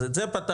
אז את זה פתרנו